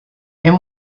and